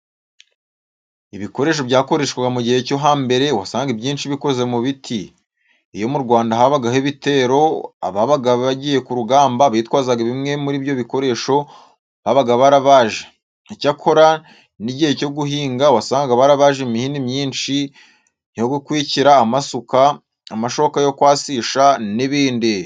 Ibikoresho byakoreshwaga mu gihe cyo hambere wasangaga ibyinshi bikoze mu biti. Iyo mu Rwanda habagaho ibitero, ababaga bagiye ku rugamba bitwazaga bimwe muri ibyo bikoresho babaga barabaje. Icyakora n'igihe cyo guhinga wasangaga barabaje imihini myinshi yo gukwikira amasuka, amashoka yo kwasisha n'ibindi.